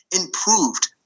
improved